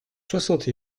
soixante